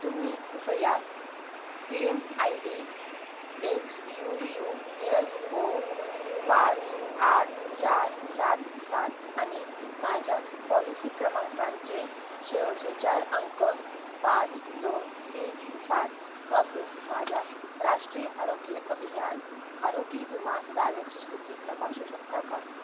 तुम्ही कृपया claim I D X U U S O पाच आठ चार सात सात आणि माझ्या पॉलिसी क्रमांकांचे शेवटचे चार अंक पाच दोन तीन सात वापरून माझ्या राष्ट्रीय आरोग्य अभियान आरोग्य विमा दाव्याची स्थिती तपासू शकता का